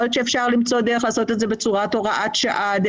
יכול להיות שאפשר למצוא דרך לעשות את זה בצורת הוראת שעה.